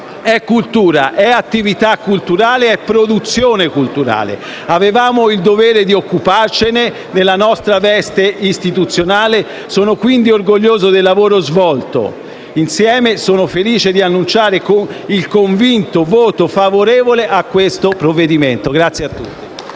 è cultura, è attività culturale e produzione culturale: avevamo il dovere di occuparcene nella nostra veste istituzionale e sono quindi orgoglioso del lavoro svolto insieme e sono felice di annunciare il convinto voto favorevole al provvedimento in esame.